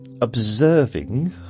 observing